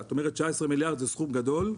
את אומרת 19 מיליארד זה סכום גדול.